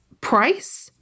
price